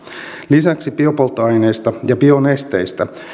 lisäksi biopolttoaineista ja bionesteistä